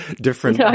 different